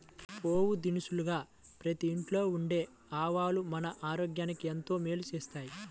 పోపు దినుసుగా ప్రతి ఇంట్లో ఉండే ఆవాలు మన ఆరోగ్యానికి ఎంతో మేలు చేస్తాయి